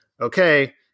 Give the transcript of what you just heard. okay